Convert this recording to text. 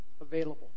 Available